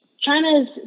China's